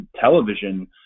television